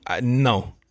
no